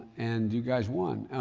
and you guys won,